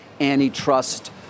antitrust